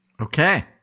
Okay